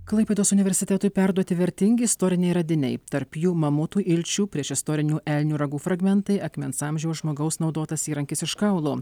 klaipėdos universitetui perduoti vertingi istoriniai radiniai tarp jų mamutų ilčių priešistorinių elnių ragų fragmentai akmens amžiaus žmogaus naudotas įrankis iš kaulo